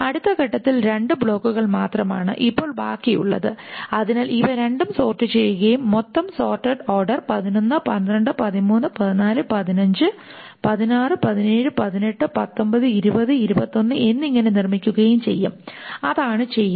അടുത്ത ഘട്ടത്തിൽ രണ്ട് ബ്ലോക്കുകൾ മാത്രമാണ് ഇപ്പോൾ ബാക്കിയുള്ളത് അതിനാൽ ഇവ രണ്ടും സോർട് ചെയ്യുകയും മൊത്തം സോർട്ടഡ് ഓർഡർ 11 12 13 14 15 16 17 18 19 20 21 എന്നിങ്ങനെ നിർമ്മിക്കുകയും ചെയ്യും അതാണ് ചെയ്യുന്നത്